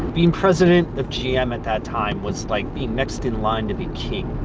being president of gm at that time was like being next in line to be king.